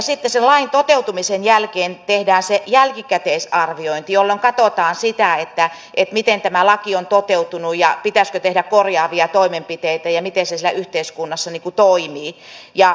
sitten sen lain toteutumisen jälkeen tehdään se jälkikäteisarviointi jolloin katsotaan sitä miten tämä laki on toteutunut pitäisikö tehdä korjaavia toimenpiteitä ja miten se siellä yhteiskunnassa toimii